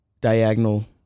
diagonal